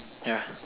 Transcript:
yeah